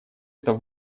это